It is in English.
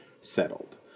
settled